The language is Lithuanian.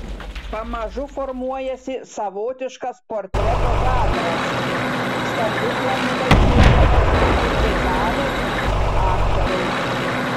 pamažu formuojasi savotiškas portreto žanras stambiu planu vaizduojamos kurtizanės aktoriai